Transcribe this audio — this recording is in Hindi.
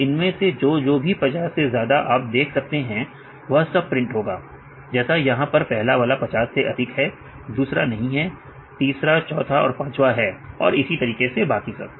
तो इनमें से जो जो भी 50 से ज्यादा आप देख सकते हैं वह सब प्रिंट होगा जैसे यहां पर पहला वाला 50 से अधिक है 2 नहीं है 3 4 5 है और इसी तरीके से बाकी सब